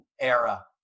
era